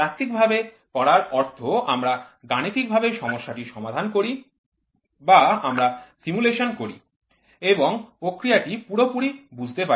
তাত্ত্বিকভাবে করার অর্থ আমরা গাণিতিকভাবে সমস্যাটি সমাধান করি বা আমরা সিমুলেশন করি এবং প্রক্রিয়াটি পুরোপুরি বুঝতে পারি